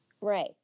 Right